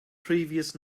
previous